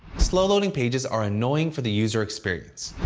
slow-loading pages are annoying for the user experience.